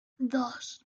dos